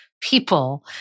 people